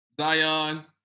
Zion